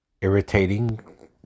irritating